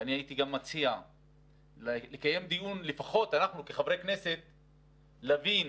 ואני הייתי גם מציע לקיים דיון לפחות אנחנו כחברי כנסת להבין.